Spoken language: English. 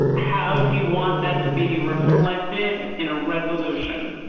how do you want that to be reflected in a resolution.